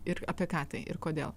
ir apie ką tai ir kodėl